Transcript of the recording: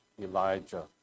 Elijah